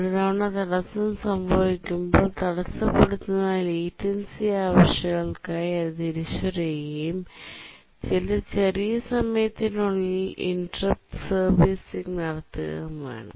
ഒരുതവണ തടസ്സം സംഭവിക്കുമ്പോൾ തടസ്സപ്പെടുത്തുന്ന ലേറ്റൻസി ആവശ്യകതകൾക്കായി അത് തിരിച്ചറിയുകയും ചില ചെറിയ സമയത്തിനുള്ളിൽ ഇന്ററപ്റ്റ് സർവീസിംഗ് നടത്തുകയും വേണം